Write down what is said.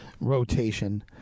rotation